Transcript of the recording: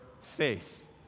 faith